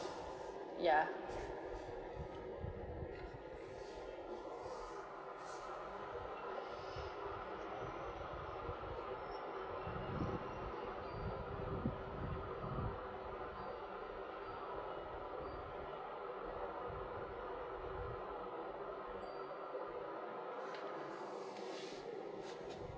yeah